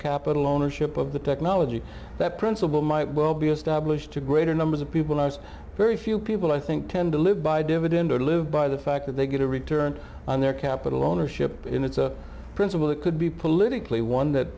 capital ownership of the technology that principle might well be established to greater numbers of people are very few people i think tend to live by dividends or live by the fact that they get a return on their capital ownership in it's a principle that could be politically one that